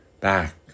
back